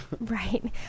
Right